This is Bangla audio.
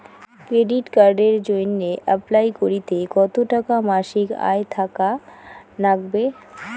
ক্রেডিট কার্ডের জইন্যে অ্যাপ্লাই করিতে কতো টাকা মাসিক আয় থাকা নাগবে?